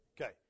Okay